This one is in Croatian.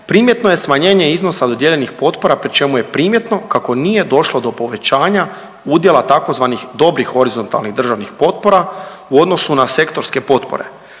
primjetno je smanjenje odnosa dodijeljenih potpora pri čemu je primjetno kako nije došlo do povećanja udjela tzv. dobrih horizontalnih državnih potpora u odnosu na sektorske potpore